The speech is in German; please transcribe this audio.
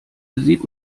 sieht